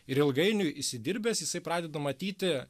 ir ilgainiui įsidirbęs jisai pradeda matyti